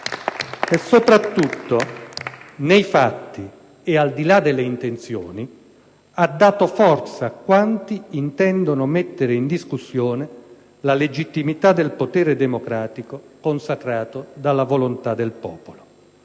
Soprattutto, nei fatti e al di là delle intenzioni, ha dato forza a quanti intendono mettere in discussione la legittimità del potere democratico consacrato dalla volontà del popolo.